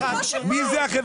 בהתאם